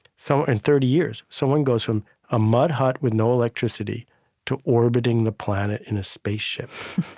so in thirty years, someone goes from a mud hut with no electricity to orbiting the planet in a spaceship.